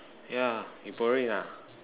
ya you borrowing ah